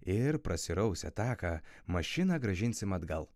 ir prasirausę taką mašiną grąžinsim atgal